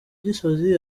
gisozi